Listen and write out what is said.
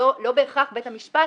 לא בהכרח בית המשפט